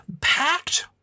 packed